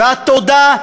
התודה,